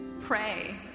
pray